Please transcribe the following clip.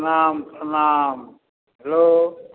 प्रणाम प्रणाम हेलो